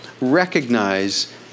recognize